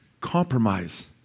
compromise